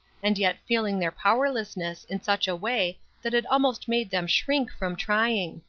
and yet feeling their powerlessness in such a way that it almost made them shrink from trying.